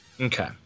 Okay